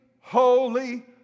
holy